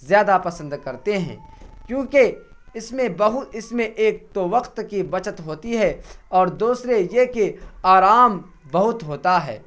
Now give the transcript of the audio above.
زیادہ پسند کرتے ہیں کیونکہ اس میں اس میں ایک تو وقت کی بچت ہوتی ہے اور دوسرے یہ کہ آرام بہت ہوتا ہے